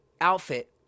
outfit